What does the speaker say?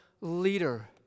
leader